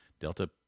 Delta